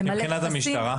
למלא טפסים,